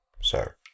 sir